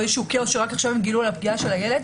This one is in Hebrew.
או כאוס שרק עכשיו הם גילו על הפגיעה של הילד,